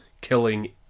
killing